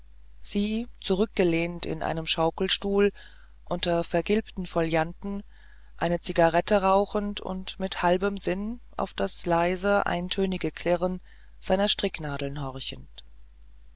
sie zurückgelehnt in einem schaukelstuhl unter vergilbten folianten eine zigarette rauchend und mit halbem sinn auf das leise eintönige klirren seiner stricknadeln horchend